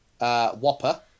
Whopper